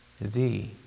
thee